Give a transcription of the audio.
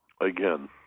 again